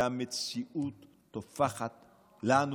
והמציאות טופחת לנו